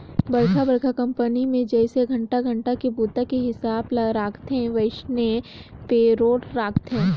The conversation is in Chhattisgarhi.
बड़खा बड़खा कंपनी मे जइसे घंटा घंटा के बूता के हिसाब ले राखथे वइसने पे रोल राखथे